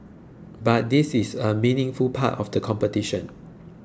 but this is a meaningful part of the competition